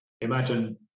imagine